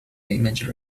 image